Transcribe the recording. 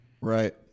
Right